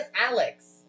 Alex